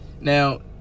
Now